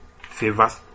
Favors